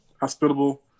hospitable